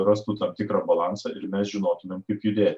rastų tam tikrą balansą ir mes žinotumėm kaip judėti